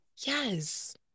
Yes